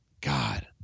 God